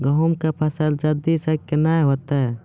गेहूँ के फसल जल्दी से के ना होते?